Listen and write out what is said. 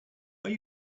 are